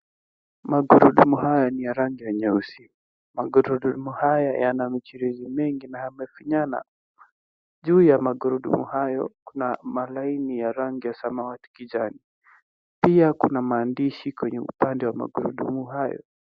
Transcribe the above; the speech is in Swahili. Magurudumu haya ni ya rangi nyeusi. Magurudumu haya yana michirizi mingi na yamefinyana. Juu ya magurudumu hayo kuna malaini ya rangi ya samawati kijani. Pia kuna maandishi kwenye upande wa magurudumu hayo.